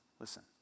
listen